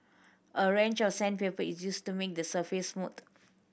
a range of sandpaper is used to make the surface smooth